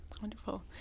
Wonderful